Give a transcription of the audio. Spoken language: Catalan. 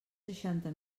seixanta